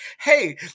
hey